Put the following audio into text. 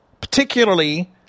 particularly